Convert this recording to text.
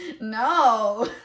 no